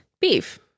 Beef